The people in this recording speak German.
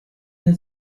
der